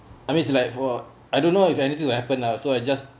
I mean like for I don't know if anything will happen lah so I just